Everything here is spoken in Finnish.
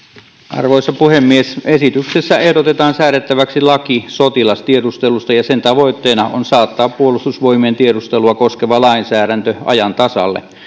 arvoisa puhemies esityksessä ehdotetaan säädettäväksi laki sotilastiedustelusta ja sen tavoitteena on saattaa puolustusvoimien tiedustelua koskeva lainsäädäntö ajan tasalle